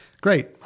Great